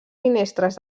finestres